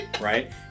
Right